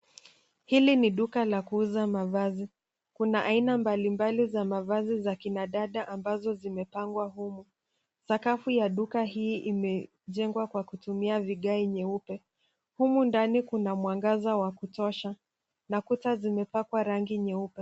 Hili ni duka la kuuza mavazi. Kuna aina mbalimbali za wanadada ambazo zimepangwa huru. Sakafu ya duka hii imejengwa kwa kutumia viga vieupe. Humu ndani kuna mwangaza wa kutosha na kuta zimepangwa rangi.